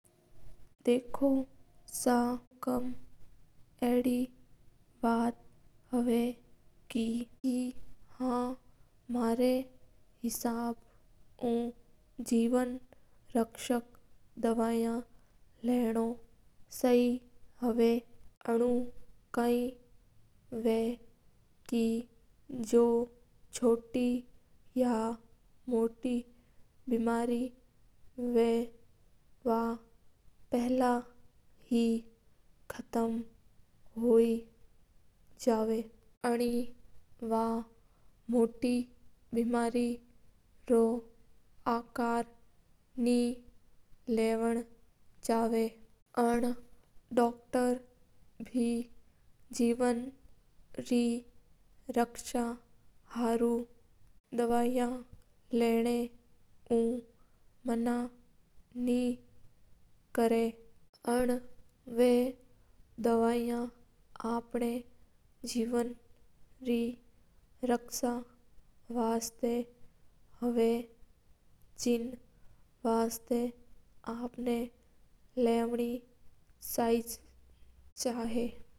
देखो सा हुकूम केय हव का जीवन रक्षा वास्ता दवाई लाव नो भोत जरूरी हवा है क्यूं के छोटी ईमेजीन दवाई सू ठीक हो जाव है। डॉक्टर बे दवाई लैवण वास्ता मना नहीं कर या करा, दवाई लैव नव छोटी बिमारी बड़ी नहीं बन या करा है।